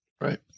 Right